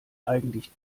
eigentlich